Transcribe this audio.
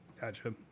Gotcha